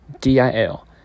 DIL